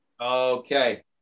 Okay